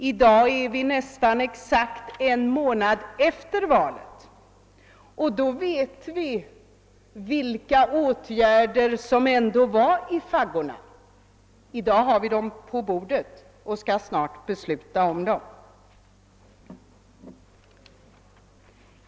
I dag, nästan exakt en månad efter valet, vet vi vilka åtgärder som ändå var i faggorna — i dag ligger förslagen på bordet, och vi skall snart besluta om dem.